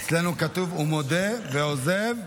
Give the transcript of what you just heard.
אצלנו כתוב: "ומודה ועוזב ירוחם".